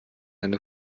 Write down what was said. eine